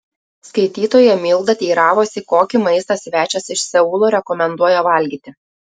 skaitytoja milda teiravosi kokį maistą svečias iš seulo rekomenduoja valgyti